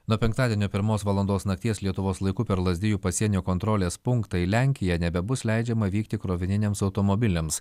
nuo penktadienio pirmos valandos nakties lietuvos laiku per lazdijų pasienio kontrolės punktą į lenkiją nebebus leidžiama vykti krovininiams automobiliams